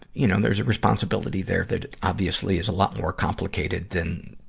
you know, there's a responsibility there that, obviously, is a lot more complicated than,